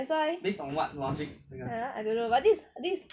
that's why !huh! I don't know but this this is